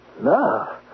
Love